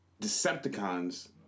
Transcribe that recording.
Decepticons